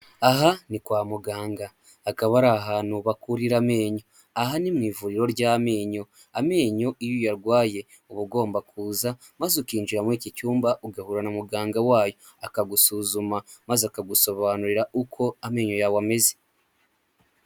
Aha ni kwa muganga akaba ari ahantu bakurira amenyo, aha ni mu ivuriro ry'amenyo, amenyo iyo uyarwaye uba ugomba kuza maze ukinjira muri iki cyumba, ugahura na muganga wayo akagusuzuma maze akagusobanurira uko amenyo yawe ameze.